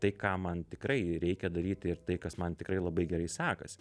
tai ką man tikrai reikia daryti ir tai kas man tikrai labai gerai sekasi